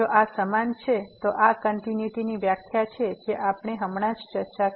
જો આ સમાન છે તો આ કંટીન્યુટીની વ્યાખ્યા છે જે આપણે હમણાં જ ચર્ચા કરી